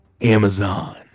amazon